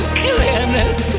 clearness